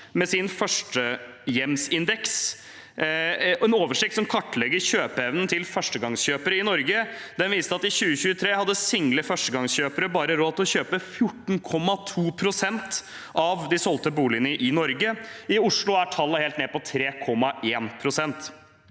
med sin «førstehjemindeks», en oversikt som kartlegger kjøpeevnen til førstegangskjøpere i Norge. Den viste at i 2023 hadde single førstegangskjøpere bare råd til å kjøpe 14,2 pst. av de solgte boligene i Norge. I Oslo er tallet helt nede på 3,1 pst.